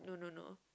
no no no